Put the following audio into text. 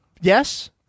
Yes